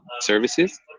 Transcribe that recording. services